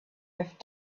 have